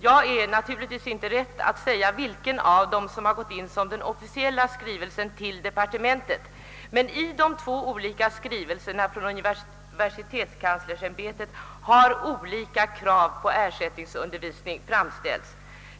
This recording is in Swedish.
Jag är naturligtvis inte rätt person att säga vilken av dem som har gått in till departementet som den officiella skrivelsen, men i de två olika skri velserna från universitetskanslersämbetet har olika krav på ersättningsundervisning framförts.